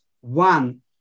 One